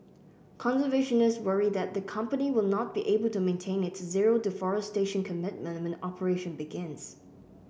conservationists worry that the company will not be able to maintain its zero deforestation commitment when operation begins